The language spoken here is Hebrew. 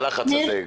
הלחץ הזה.